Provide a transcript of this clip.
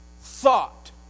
thought